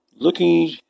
Looking